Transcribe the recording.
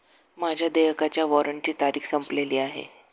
माझ्या देयकाच्या वॉरंटची तारीख संपलेली आहे